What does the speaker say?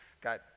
got